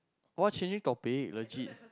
oh changing topic legit